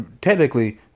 technically